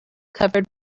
covered